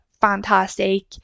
fantastic